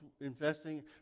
investing